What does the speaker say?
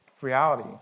reality